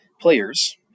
Players